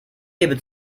gebe